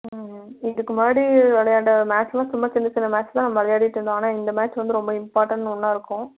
ம் இதுக்கு முன்னாடி விளையாண்ட மேட்செல்லாம் சும்மா சின்ன சின்ன மேட்ச் தான் நம்ம விளையாடிட்டு இருந்தோம் ஆனால் இந்த மேட்ச் வந்து ரொம்ப இம்பார்டன்ட் ஒன்னாக இருக்கும்